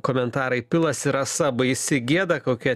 komentarai pilasi rasa baisi gėda kokia